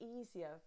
easier